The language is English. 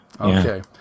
Okay